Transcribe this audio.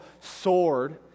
sword